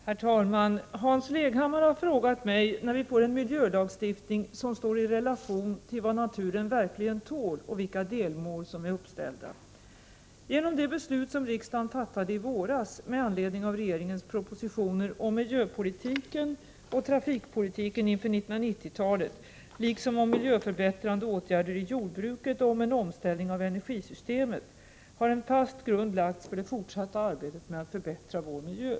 Herr talman! Hans Leghammar har frågat mig när vi får en miljölagstiftning som står i relation till vad naturen verkligen tål och vilka delmål som är uppställda. Genom de beslut som riksdagen fattade i våras med anledning av regeringens propositioner om miljöpolitiken och trafikpolitiken inför 1990 talet liksom om miljöförbättrande åtgärder i jordbruket och om en omställning av energisystemet har en fast grund lagts för det fortsatta arbetet med att förbättra vår miljö.